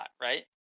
right